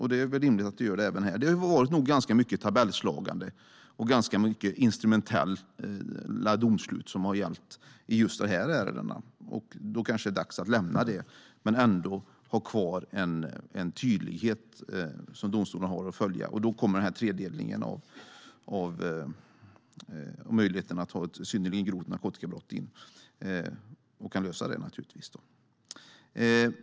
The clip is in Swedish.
Det är rimligt att det gör det även här. Det har nog varit ganska mycket tabellslående och ganska mycket instrumentella domslut i just de här ärendena. Det är kanske dags att lämna det men ändå ha kvar en tydlighet för domstolarna. Då kommer den här möjligheten att ha ett synnerligen grovt narkotikabrott in och kan lösa detta.